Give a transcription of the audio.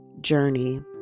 journey